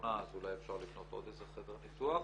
לאחרונה אז אולי אפשר לבנות עוד איזה חדר ניתוח.